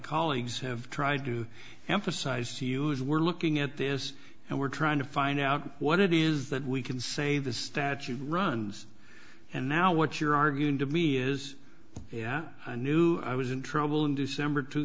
colleagues have tried to emphasize to use we're looking at this and we're trying to find out what it is that we can say the statute runs and now what you're arguing to me is yeah i knew i was in trouble in december